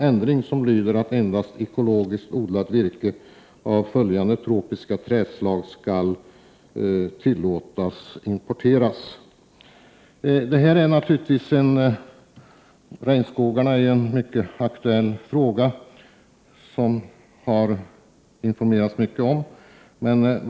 Miljöpartiet vill att endast ekologiskt odlat virke av vissa tropiska trädslag skall tillåtas att importeras. Regnskogarna utgör naturligtvis en mycket aktuell fråga. Det har informerats mycket om den.